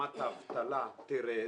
שרמת האבטלה תרד,